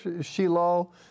Shiloh